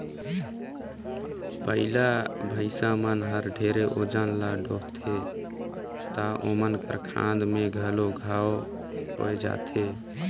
बइला, भइसा मन हर ढेरे ओजन ल डोहथें त ओमन कर खांध में घलो घांव होये जाथे